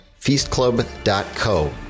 feastclub.co